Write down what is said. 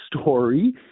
story